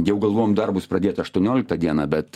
jau galvom darbus pradėt aštuonioliktą dieną bet